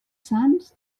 sants